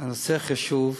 הנושא חשוב,